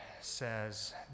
says